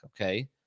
Okay